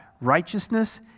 righteousness